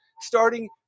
starting